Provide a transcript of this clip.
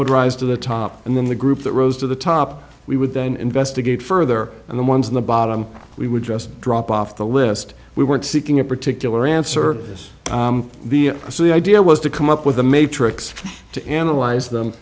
would rise to the top and then the group that rose to the top we would then investigate further and the ones in the bottom we would just drop off the list we weren't seeking a particular answer is the so the idea was to come up with a matrix to analyze them